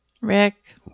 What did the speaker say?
Rick